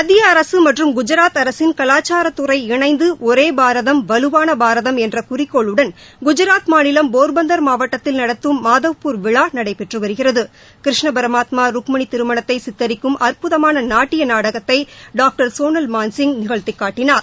மத்திய அரசு மற்றம் குஜராத் அரசின் கவாச்சார துறை இணைந்து ஒரே பாரதம் வலுவான பாரதம் என்ற குறிக்கோளுடன் குஜராத் மாநிலம் போர்பந்தர் மாவட்டத்தில் நடத்தும் மாதவ்பூர் விழா நடைபெற்று வருகிறது கிருஷ்ண பரமாத்மா ருக்மணி திருமணத்தை சித்தரிக்கும் அற்புதமான நாட்டிய நாடகத்தை டாக்டர் சோனல் மான்சிங் நிகழ்த்தி காட்டினார்